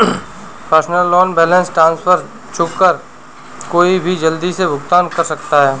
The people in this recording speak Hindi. पर्सनल लोन बैलेंस ट्रांसफर चुनकर कोई भी जल्दी से भुगतान कर सकता है